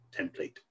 template